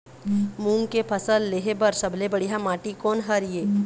मूंग के फसल लेहे बर सबले बढ़िया माटी कोन हर ये?